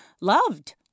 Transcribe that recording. loved